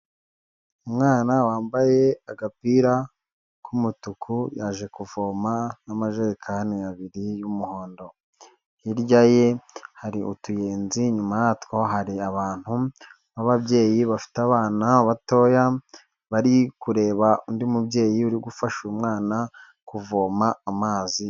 Umwana wambaye agapira k'umutuku yaje kuvoma n'amajerekani abiri y'umuhondo, hirya ye hari utuyenzi inyuma ya two hari abantu nk'ababyeyi bafite abana batoya bari kureba undi mubyeyi uri gufasha umwana kuvoma amazi.